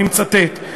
אני מצטט: